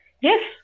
Yes